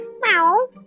Meow